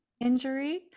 injury